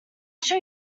show